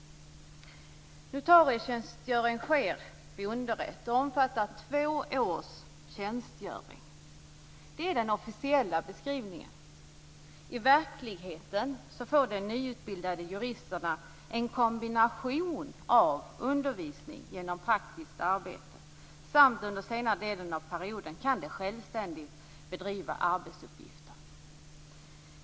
Notarietjänstgöring sker vid underrätt och omfattar två års tjänstgöring. Det är den officiella beskrivningen. I verkligheten får de nyutbildade juristerna undervisning genom praktiskt arbete. Under den senare delen av perioden kan de dessutom självständigt få utföra arbetsuppgifter.